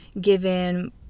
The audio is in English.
given